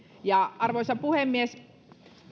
ja arvoisa puhemies